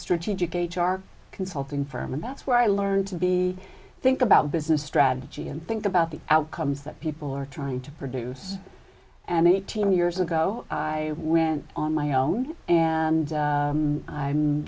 strategic h r consulting firm and that's where i learned to be think about business strategy and think about the outcomes that people are trying to produce and eighteen years ago i went on my own and